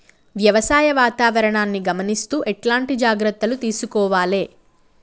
వ్యవసాయ వాతావరణాన్ని గమనిస్తూ ఎట్లాంటి జాగ్రత్తలు తీసుకోవాలే?